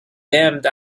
damned